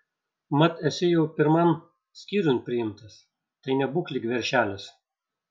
mat esi jau pirman skyriun priimtas tai nebūk lyg veršelis